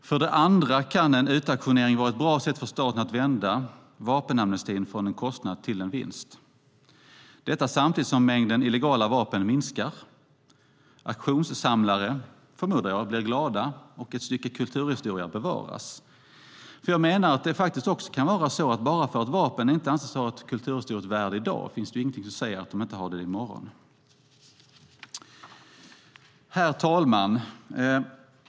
För det andra kan en utauktionering vara ett bra sätt för staten att vända vapenamnestin från en kostnad till en vinst, detta samtidigt som mängden illegala vapen minskar, auktionssamlare, förmodar jag, blir glada och ett stycke kulturhistoria bevaras. Bara för att ett vapen inte anses ha ett kulturhistoriskt värde i dag finns det ingenting som säger att det inte kan ha det i morgon. Herr talman!